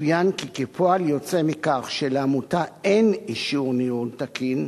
יצוין כי כפועל יוצא מכך שלעמותה אין אישור ניהול תקין